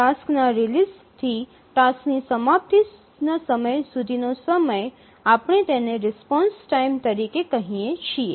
ટાસ્કના રીલિઝથી ટાસ્કની સમાપ્તિના સમય સુધીનો સમય આપણે તેને રિસ્પોન્સ ટાઇમ તરીકે કહીએ છીએ